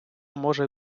може